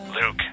Luke